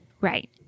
Right